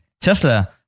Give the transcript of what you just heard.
Tesla